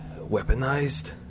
Weaponized